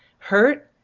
hurt?